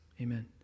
Amen